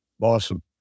Awesome